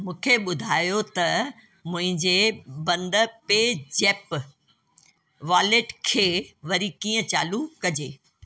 मूंखे ॿुधायो त मुंहिंजे बंदि पे ज़ेप्प वॉलेट खे वरी कीअं चालू कजे